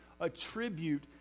attribute